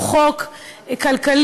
הוא חוק כלכלי,